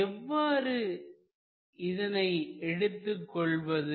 எவ்வாறு இதை எடுத்துக் கொள்வது